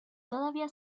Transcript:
todavía